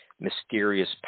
mysterious